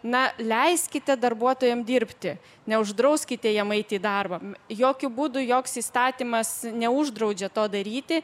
na leiskite darbuotojam dirbti neuždrauskite jam eiti į darbą jokiu būdu joks įstatymas neuždraudžia to daryti